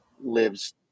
lives